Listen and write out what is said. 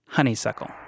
Honeysuckle